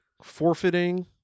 forfeiting